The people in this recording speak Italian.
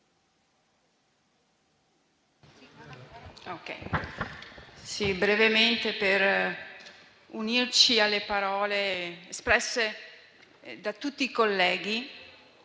brevemente per unirmi alle parole espresse da tutti i colleghi,